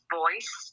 voice